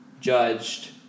judged